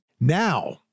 Now